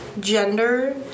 gender